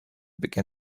began